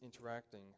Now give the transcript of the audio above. interacting